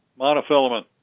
Monofilament